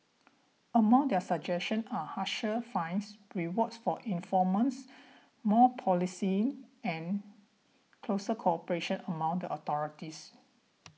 among their suggestions are harsher fines rewards for informants more policing and closer cooperation among the authorities